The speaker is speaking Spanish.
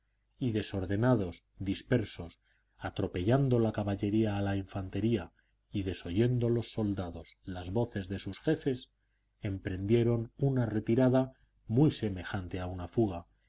y desordenados dispersos atropellando la caballería a la infantería y desoyendo los soldados las voces de sus jefes emprendieron una retirada muy semejante a una fuga